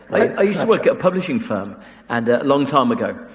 i used to work at a publishing firm and a long time ago,